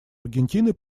аргентины